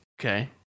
Okay